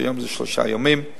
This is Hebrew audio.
והיום זה שלושה ימים.